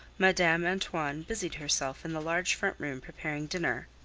madame antoine busied herself in the large front room preparing dinner.